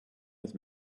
with